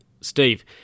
Steve